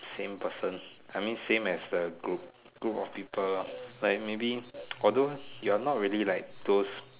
same person I mean same as the group group of people lah like maybe although you are not really like those